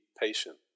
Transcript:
patient